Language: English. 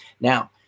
Now